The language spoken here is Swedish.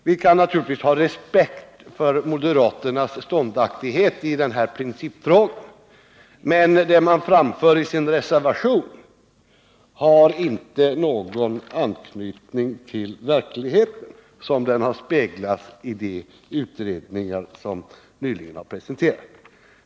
Vi skall naturligtvis ha respekt för moderaternas ståndaktighet i denna principfråga, men det man framför i sin reservation har ingen anknytning till verkligheten såsom den avspeglas i de utredningar som nyligen har presenterats.